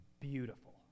beautiful